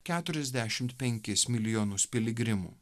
keturiasdešimt penkis milijonus piligrimų